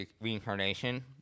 reincarnation